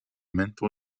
mental